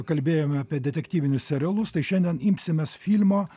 kalbėjome apie detektyvinius serialus tai šiandien imsimės filmo